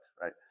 right